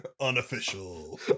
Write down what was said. Unofficial